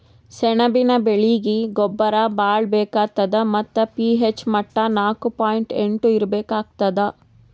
ಸೆಣಬಿನ ಬೆಳೀಗಿ ಗೊಬ್ಬರ ಭಾಳ್ ಬೇಕಾತದ್ ಮತ್ತ್ ಪಿ.ಹೆಚ್ ಮಟ್ಟಾ ನಾಕು ಪಾಯಿಂಟ್ ಎಂಟು ಇರ್ಬೇಕಾಗ್ತದ